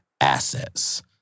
Assets